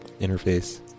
interface